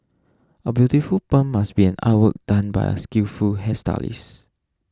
A beautiful perm must be an artwork done by a skillful hairstylist